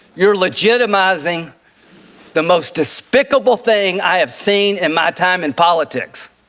you're legitimizing the most despicable thing i have seen in my time in politics.